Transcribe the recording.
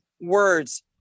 words